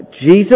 Jesus